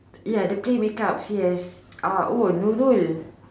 ya the play make up yes uh oh Nurul